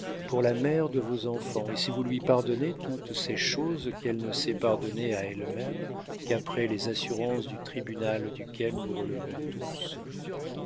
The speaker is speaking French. pour la mère de vos enfants et si vous lui pardonnez toutes ces choses qu'elle ne s'est pardonnées à elle-même qu'après les assurances du tribunal duquel nous relevons tous